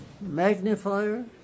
Magnifier